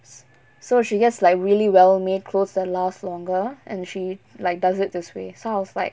so she gets like really well made clothes that last longer and she like does it this way so I was like